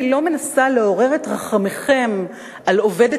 אני לא מנסה לעורר את רחמיכם על עובדת